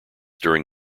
during